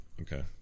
Okay